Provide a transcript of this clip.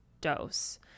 dose